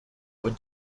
would